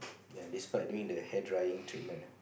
ya despite doing the hair drying treatment ah